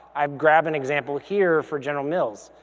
i've grabbed an example here for general mills.